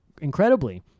incredibly